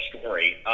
story